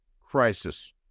crisis